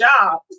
job